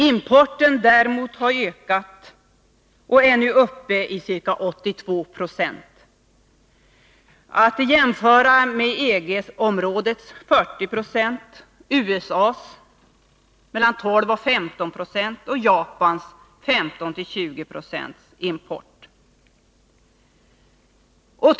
Importen däremot har ökat och är nu uppe i ca 82 96, att jämföra med EG-områdets 40 96, USA:s 12-15 20 och Japans 15-20 26.